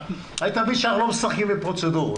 היית מבין שאנחנו לא משחקים בפרוצדורות.